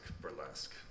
burlesque